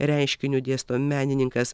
reiškiniu dėsto menininkas